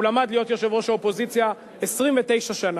הוא למד להיות יושב-ראש האופוזיציה 29 שנה.